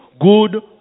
good